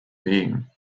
being